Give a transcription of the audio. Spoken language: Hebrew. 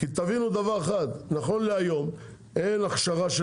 תהיה, תהיו